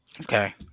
Okay